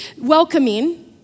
welcoming